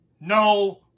no